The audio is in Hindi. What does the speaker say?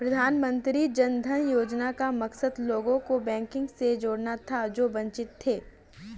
प्रधानमंत्री जन धन योजना का मकसद लोगों को बैंकिंग से जोड़ना था जो वंचित थे